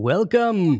Welcome